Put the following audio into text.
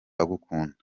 agukunda